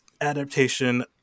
adaptation